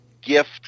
gift